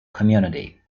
community